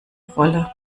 rolle